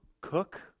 cook